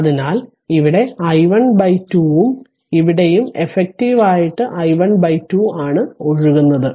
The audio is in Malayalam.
അതിനാൽ ഇവിടെ i12 ഉം ഇവിടെയും എഫക്റ്റീവ് ആയിട്ടു i12 ആണ് ഒഴുകുന്നതു